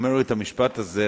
אומר את המשפט הזה,